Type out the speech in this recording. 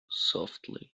softly